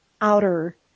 outer